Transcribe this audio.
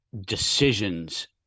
decisions